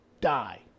die